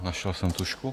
Našel jsem tužku...